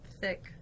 thick